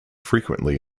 frequently